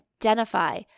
identify